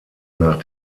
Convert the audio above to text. nach